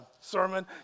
sermon